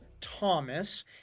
Thomas